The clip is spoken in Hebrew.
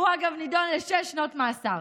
הוא, אגב, נידון לשש שנות מאסר.